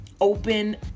open